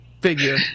figure